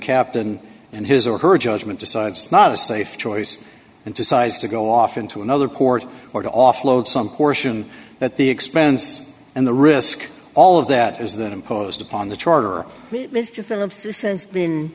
captain and his or her judgment decides not a safe choice and decides to go off into another port or to offload some portion at the expense and the risk all of that is that imposed upon the charter